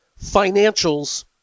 Financials